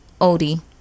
Odie